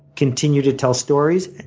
continue to tell stories.